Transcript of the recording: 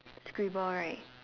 scribble right